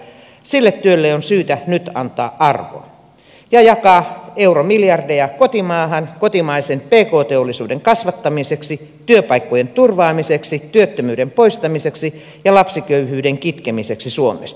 sille työlle on syytä nyt antaa arvo ja jakaa euromiljardeja kotimaahan kotimaisen pk teollisuuden kasvattamiseksi työpaikkojen turvaamiseksi työttömyyden poistamiseksi ja lapsiköyhyyden kitkemiseksi suomesta